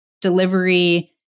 delivery